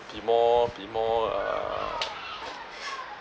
be more be more uh